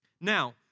Now